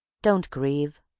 don't grieve,